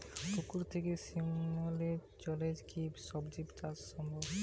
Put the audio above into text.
পুকুর থেকে শিমলির জলে কি সবজি চাষ সম্ভব?